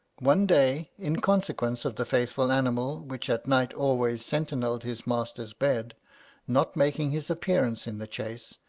one day, in consequence of the faithful animal, which at night always sentinelled his master's bed not making his appearance in the chase,